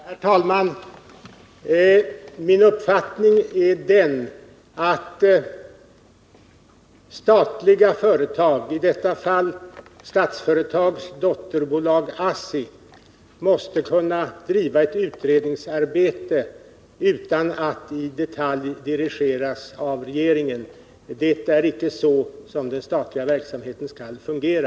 Herr talman! Min uppfattning är den att statliga företag, i detta fall Statsföretag AB:s dotterbolag ASSI, måste kunna bedriva ett utredningsarbete utan att i detalj dirigeras av regeringen. Det är icke på det sättet som den statliga verksamheten skall fungera.